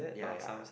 ya ya